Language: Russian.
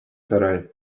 сарай